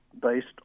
based